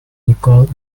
nicole